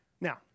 Now